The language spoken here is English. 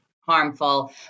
harmful